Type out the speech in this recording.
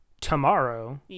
tomorrow